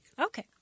Okay